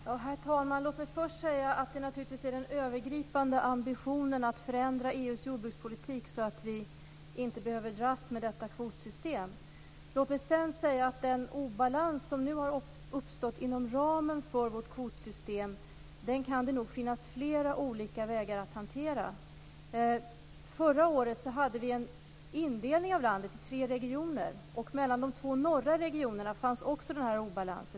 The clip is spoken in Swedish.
Herr talman! Låt mig först säga att det naturligtvis är den övergripande ambitionen att förändra EU:s jordbrukspolitik så att vi inte behöver dras med detta kvotsystem. Låt mig sedan säga att det nog kan finnas flera olika vägar att hantera den obalans som nu har uppstått inom ramen för vårt kvotsystem. Föra året hade vi en indelning av landet i tre regioner. Mellan de två norra regionerna fanns också denna obalans.